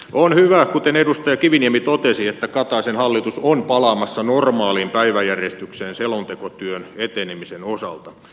on hyvä kuten edustaja kiviniemi totesi että kataisen hallitus on palaamassa normaaliin päiväjärjestykseen selontekotyön etenemisen osalta